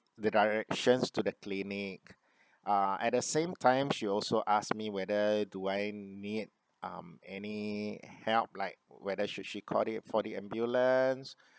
the directions to the clinic uh at the same time she also ask me whether do I need um any help like whether should she call the for the ambulance